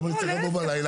למה אני צריך לבוא בלילה?